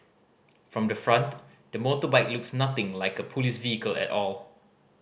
from the front the motorbike looks nothing like a police vehicle at all